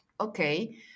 Okay